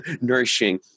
nourishing